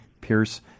Pierce